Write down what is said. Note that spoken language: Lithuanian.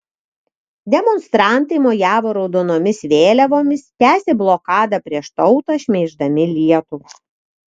demonstrantai mojavo raudonomis vėliavomis tęsė blokadą prieš tautą šmeiždami lietuvą